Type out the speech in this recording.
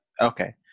Okay